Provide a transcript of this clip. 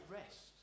rest